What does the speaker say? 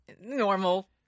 Normal